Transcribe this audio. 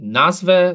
nazwę